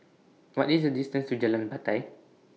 What IS The distance to Jalan Batai